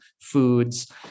foods